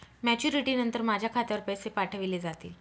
Maturity नंतर माझ्या खात्यावर पैसे पाठविले जातील?